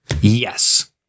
Yes